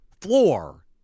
floor